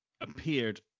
appeared